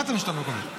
באת מהרשות המקומית.